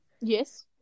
Yes